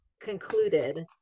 concluded